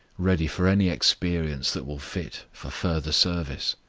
ready for any experience that will fit for further service,